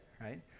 right